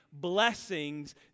blessings